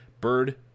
Bird